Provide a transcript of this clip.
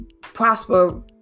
prosper